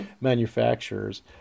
manufacturers